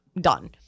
done